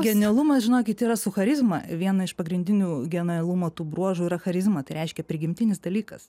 genialumas žinokit yra su charizma viena iš pagrindinių genialumo tų bruožų yra charizma reiškia prigimtinis dalykas